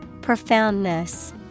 Profoundness